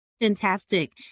Fantastic